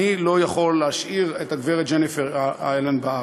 אני לא יכול להשאיר את הגברת ג'ניפר אלן בארץ.